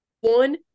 one